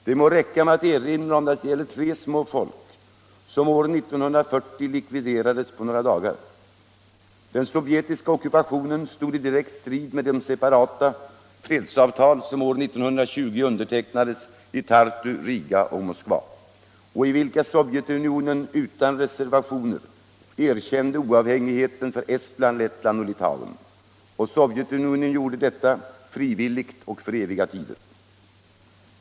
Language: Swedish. Det må räcka med att erinra om att det gäller tre små folk som år 1940 likviderades på några dagar. 51 Den sovjetiska ockupationen stod i direkt strid med de separata fredsavtal som år 1920 undertecknades i Tartu, Riga och Moskva och i vilka Sovjetunionen utan reservationer erkände oavhängigheten för Estland, Lettland och Litauen. Och Sovjetunionen gjorde då detta ”frivilligt och för eviga tider”.